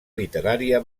literària